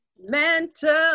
Mental